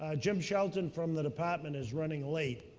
ah jim shelton from the department is running late.